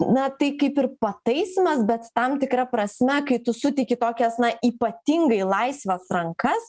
na tai kaip ir pataisymas bet tam tikra prasme kai tu suteiki tokias na ypatingai laisvas rankas